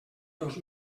dos